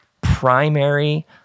primary